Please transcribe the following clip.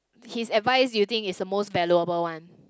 his advice you think is the most valuable one